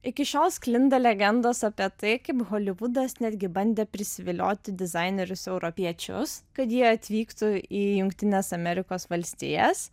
iki šiol sklinda legendos apie tai kaip holivudas netgi bandė prisivilioti dizainerius europiečius kad jie atvyktų į jungtines amerikos valstijas